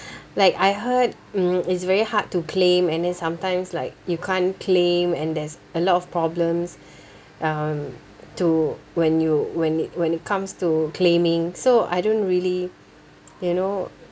like I heard mm it's very hard to claim and then sometimes like you can't claim and there's a lot of problems um to when you when it when it comes to claiming so I don't really you know